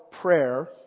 prayer